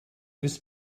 this